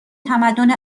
تمدن